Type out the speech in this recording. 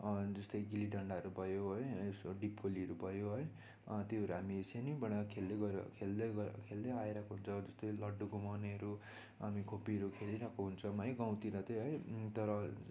जस्तो गिल्ली डन्डाहरू भयो है उयस्तो डिप गोलीहरू भयो है त्योहरू हामी सानैबाट खेल्दै गएर खेल्दै गएर खेल्दै आइरहेको हुन्छौँ जस्तो लट्टु घुमाउनेहरू अनि खोप्पीहरू खेलिरहेका हुन्छौँ है गाउँतिर त है अनि तर